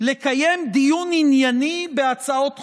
לקיים דיון ענייני בהצעות חוק.